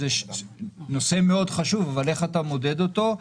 זה נושא מאוד חשוב, אבל איך אתה מודד אותו?